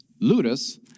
ludus